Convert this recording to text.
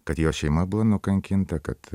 kad jo šeima buvo nukankinta kad